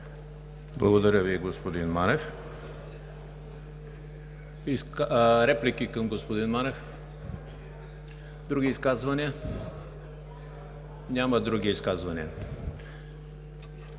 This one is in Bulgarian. Благодаря Ви, господин Манев. Реплики към господин Манев? Други изказвания? Няма. Поставям